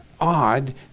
odd